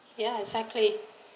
ya exactly